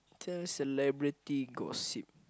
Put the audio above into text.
sell celebrity gossip